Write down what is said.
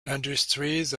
industries